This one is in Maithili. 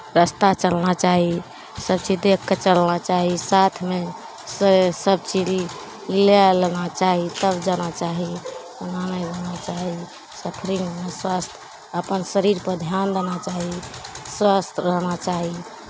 रस्ता चलना चाही सभचीज देखि कऽ चलना चाही साथमे से सभचीज लए लेना चाही तब जाना चाही ओना नहि जाना चाही सफरिंगमे स्वस्थ अपन शरीरपर ध्यान देना चाही स्वस्थ रहना चाही